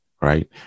right